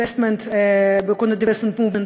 Divestment and Sanctions Movement,